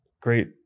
great